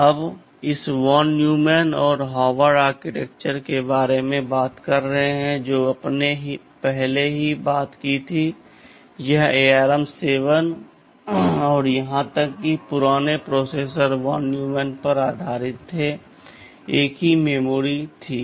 अब इस von Neumann और हार्वर्ड आर्किटेक्चर के बारे में बात कर रहे हैं जो आपने पहले ही बात की थी यह ARM7 और यहां तक कि पुराने प्रोसेसर वॉन न्यूमैन पर आधारित थे एक ही मेमोरी थी